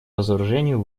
разоружению